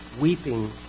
weeping